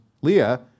Leah